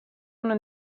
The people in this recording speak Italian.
uno